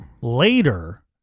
Later